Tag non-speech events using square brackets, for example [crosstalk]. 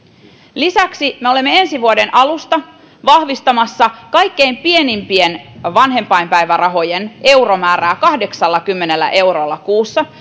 lisäksi me olemme ensi vuoden alusta vahvistamassa kaikkein pienimpien vanhempainpäivärahojen euromäärää kahdeksallakymmenellä eurolla kuussa [unintelligible]